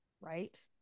right